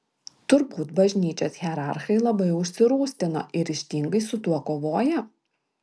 turbūt bažnyčios hierarchai labai užsirūstino ir ryžtingai su tuo kovoja